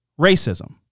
Racism